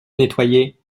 nettoyer